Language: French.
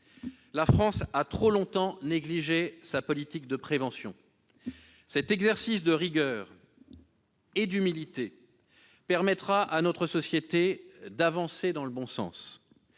La France a trop longtemps négligé sa politique de prévention. Cet exercice de rigueur et d'humilité permettra à notre société d'avancer dans le bon sens.